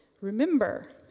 Remember